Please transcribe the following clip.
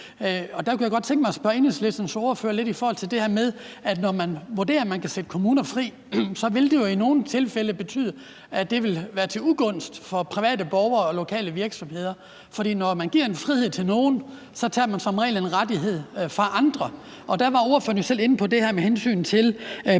Der kunne jeg godt tænke mig at spørge Enhedslistens ordfører lidt til det her med, at når man vurderer, at man kan sætte kommuner fri, vil det jo i nogle tilfælde betyde, at det vil være til ugunst for private borgere og lokale virksomheder. For når man giver en frihed til nogen, tager man som regel en rettighed fra andre. Ordføreren var jo selv inde på det her med planloven.